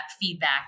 feedback